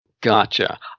gotcha